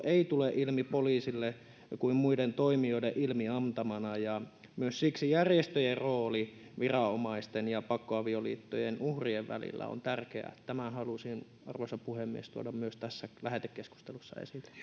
ei tule ilmi poliisille kuin muiden toimijoiden ilmiantamana myös siksi järjestöjen rooli viranomaisten ja pakkoavioliittojen uhrien välillä on tärkeä tämän halusin arvoisa puhemies tuoda myös tässä lähetekeskustelussa esille